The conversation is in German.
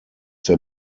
der